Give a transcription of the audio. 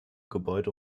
gebäude